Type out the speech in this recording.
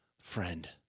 friend